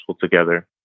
together